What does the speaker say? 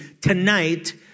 tonight